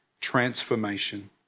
transformation